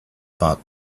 park